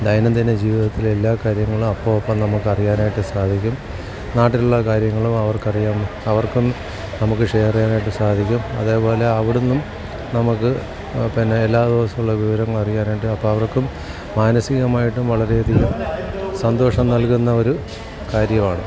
ദൈനംദിന ജീവിതത്തിലെ എല്ലാ കാര്യങ്ങളും അപ്പം അപ്പം നമുക്കറിയാനായിട്ട് സാധിക്കും നാട്ടിലുള്ള കാര്യങ്ങളും അവർക്കറിയാം അവർക്കും നമുക്ക് ഷെയർ ചെയ്യാനായിട്ട് സാധിക്കും അതേപോലെ അവിടുന്നും നമുക്ക് പിന്നെ എല്ലാ ദിവസവുമുള്ള വിവരങ്ങളറിയാനായിട്ട് അപ്പം അവർക്കും മനസികമായിട്ടും വളരെ അധികം സന്തോഷം നൽകുന്ന ഒരു കാര്യവാണ്